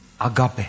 agape